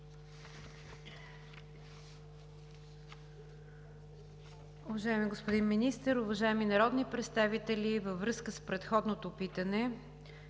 „Уважаеми господин Министър, уважаеми народни представители, във връзка с предходното питане,